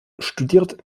studiert